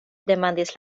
demandis